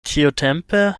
tiutempe